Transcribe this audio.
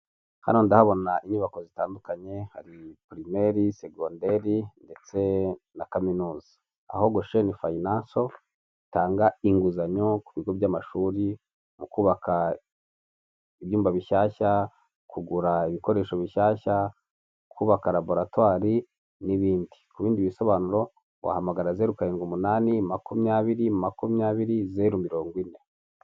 Hano ndahabona inyubako zitandukanye, hari pirimeri, segonderi ndetse na kaminuza. Aho gosheni fayinanso itanga inguzanyo ku bigo by'amashuri mu kubaka ibyumba bishyashya, kugura ibikoresho bishyashya, kubaka raboratwari n'ibindi. Ku bindi bisobanuro, wahamagara zeru karindwi umunani, makumyabiri, makumyabiri, zeru mirongo ine.